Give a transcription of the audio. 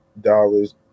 dollars